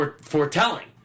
foretelling